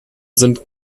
sind